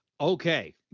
Okay